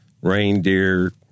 reindeer